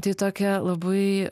tai tokia labai